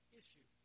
issue